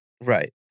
Right